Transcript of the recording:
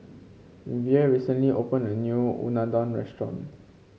Vere recently opened a new Unadon Restaurant